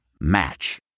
Match